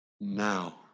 now